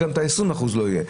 גם 20% לא יהיה.